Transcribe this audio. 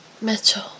Mitchell